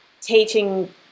teaching